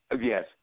Yes